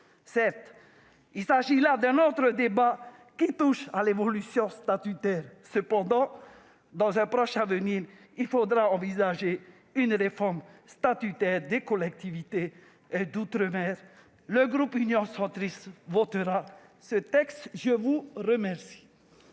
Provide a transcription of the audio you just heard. Certes, il s'agit là d'un autre débat qui touche à l'évolution statutaire. Cependant, dans un proche avenir, il faudra envisager une réforme statutaire des collectivités d'outre-mer. Le groupe Union Centriste votera ce texte. La parole